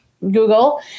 Google